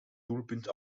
doelpunt